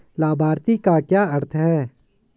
लाभार्थी का क्या अर्थ है?